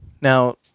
Now